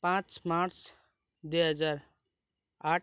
पाँच मार्च दुई हजार आठ